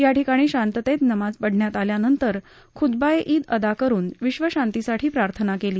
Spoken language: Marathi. या ठिकाणी शांततेत नमाज अदा करण्यात आल्यानंतर ख्तबा ए ईद अदा करून विश्वशांतीसाठी प्रार्थना केली